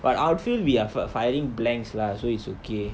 but outfield we are fi~ firing blanks lah so it's okay